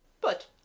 But